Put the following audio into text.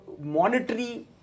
monetary